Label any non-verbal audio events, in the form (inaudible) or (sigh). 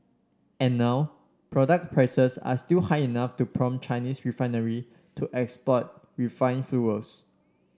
and now product prices are still high enough to prompt Chinese (unintelligible) to export refined fuels